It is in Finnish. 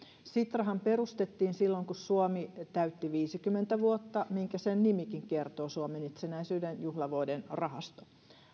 sitrahan perustettiin silloin kun suomi täytti viisikymmentä vuotta minkä sen nimikin kertoo suomen itsenäisyyden juhlavuoden rahasto